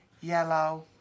yellow